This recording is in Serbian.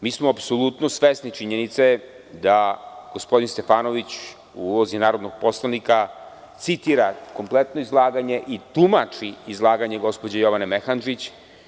Mi smo apsolutno svesni činjenice da gospodin Stefanović u ulozi narodnog poslanika citira kompletno izlaganje i tumači izlaganje gospođe Jovan Mehandžić.